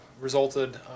resulted